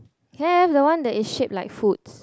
ya the one that is shaped like food